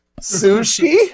Sushi